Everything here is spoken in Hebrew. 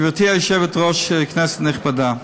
גברתי היושבת-ראש, כנסת נכבדה,